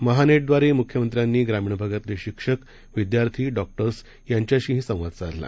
महानेटद्वारेमुख्यमंत्र्यांनीग्रामीणभागातलेशिक्षक विद्यार्थी डॉक्टर्सयांच्याशीहीसंवादसाधला